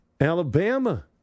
Alabama